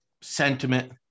sentiment